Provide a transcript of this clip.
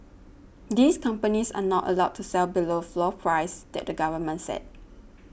these companies are not allowed to sell below the floor prices that the government set